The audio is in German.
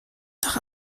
doch